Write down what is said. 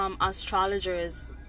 Astrologers